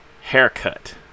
Haircut